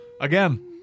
Again